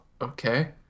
okay